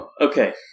okay